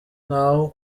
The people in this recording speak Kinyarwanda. naho